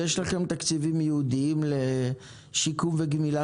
יש לכם תקציבים ייעודיים לשיקום ולגמילה